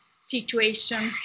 situation